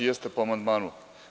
Jeste po amandmanu.